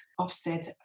Ofsted